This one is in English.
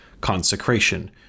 consecration